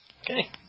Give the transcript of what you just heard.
Okay